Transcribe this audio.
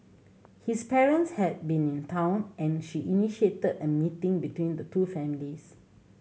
his parents had been in town and she initiated a meeting between the two families